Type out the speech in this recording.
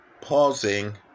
pausing